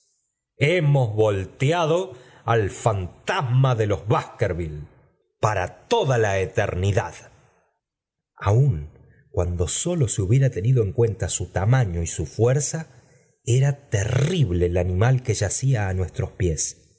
volteado al fantasma de los hnskerville para toda la eternidad aun cuando sólo se hubiera tímido en mienta su tamaño y u fuerza era terrible i animal que yacía á nuestros pies